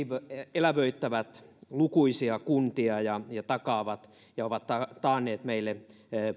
elävöittävät lukuisia kuntia ja takaavat ja ovat taanneet meille